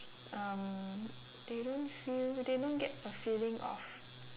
um they don't feel they don't get a feeling of